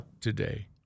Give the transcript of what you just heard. today